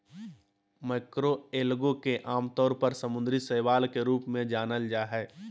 macroalgae के आमतौर पर समुद्री शैवाल के रूप में जानल जा हइ